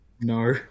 No